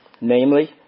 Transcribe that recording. Namely